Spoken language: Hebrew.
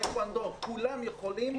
כולם יכולים